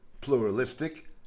pluralistic